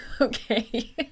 Okay